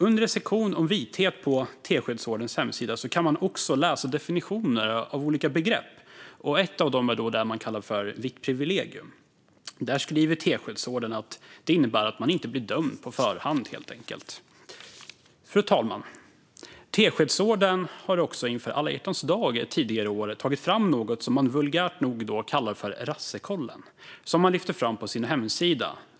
Under en sektion om vithet på Teskedsordens hemsida kan man också läsa definitioner av olika begrepp. Ett av dem är det man kallar vitt privilegium. Där skriver Teskedsorden att det innebär att man inte blir dömd på förhand. Fru talman! Teskedsorden har också inför Alla hjärtans dag ett tidigare år tagit fram något som man vulgärt nog kallar för Rassekollen, som man lyfter fram på sin hemsida.